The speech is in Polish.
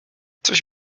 coś